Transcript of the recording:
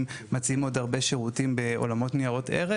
שמציעים עוד הרבה שירותים בעולמות של ניירות ערך.